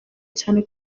cyane